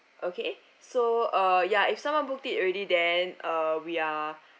okay so uh ya if someone booked it already then uh we are